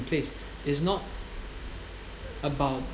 place is not about